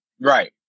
Right